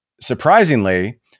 Surprisingly